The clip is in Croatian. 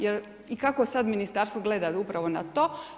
Jer i kako sad Ministarstvo gleda upravo na to?